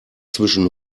zwischen